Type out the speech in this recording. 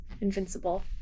invincible